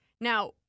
now